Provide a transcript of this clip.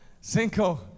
cinco